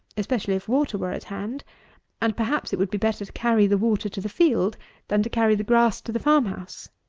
especially if water were at hand and perhaps it would be better to carry the water to the field than to carry the grass to the farm-house,